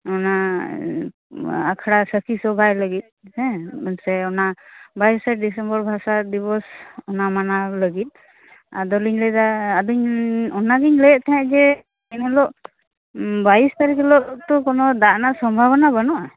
ᱚᱱᱟ ᱟᱠᱷᱲᱟ ᱥᱟ ᱠᱷᱤ ᱥᱚᱵᱷᱟᱭ ᱞᱟ ᱜᱤᱫ ᱦᱮᱸ ᱥᱮ ᱚᱱᱟ ᱵᱟᱭᱤᱥᱮ ᱰᱤᱥᱮᱢᱵᱚᱨ ᱵᱷᱟᱥᱟ ᱫᱤᱵᱚᱥ ᱚᱱᱟ ᱢᱟᱱᱟᱣ ᱞᱟ ᱜᱤᱫ ᱟᱫᱚᱞᱤᱝ ᱞᱟ ᱭᱮᱫᱟ ᱟᱫᱩᱧ ᱚᱱᱟᱜᱤᱧ ᱞᱟ ᱭᱮᱫ ᱛᱟᱦᱮᱸᱫ ᱡᱮ ᱮᱱᱦᱤᱞᱳᱜ ᱵᱟᱭᱤᱥ ᱛᱟᱨᱤᱠ ᱦᱤᱞᱚᱜ ᱫᱚ ᱠᱚᱱᱚ ᱫᱟᱜ ᱨᱮᱱᱟᱜ ᱥᱚᱢᱵᱷᱚᱵᱚᱱᱟ ᱵᱟ ᱱᱩᱜ ᱟ